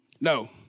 No